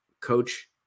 coach